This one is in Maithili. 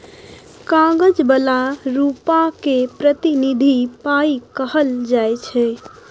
कागज बला रुपा केँ प्रतिनिधि पाइ कहल जाइ छै